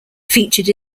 featured